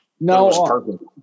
no